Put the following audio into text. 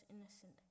innocent